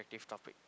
topic